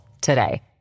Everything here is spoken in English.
today